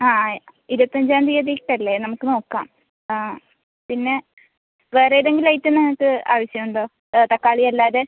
ആ ഇരുപത്തഞ്ചാം തീയതിക്കല്ലെ നമുക്ക് നോക്കാം ആ പിന്നെ വേറെയേതെങ്കിലും ഐറ്റം നിങ്ങൾക്ക് ആവശ്യം ഉണ്ടോ തക്കാളി അല്ലാതെ